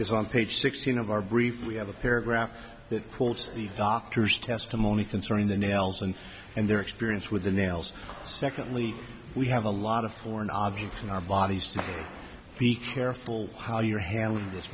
is on page sixteen of our brief we have a paragraph that holds the doctor's testimony concerning the nails and and their experience with the nails secondly we have a lot of foreign objects in our bodies to be careful how you're handling this